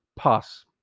pass